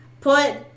put